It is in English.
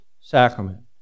sacrament